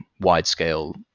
wide-scale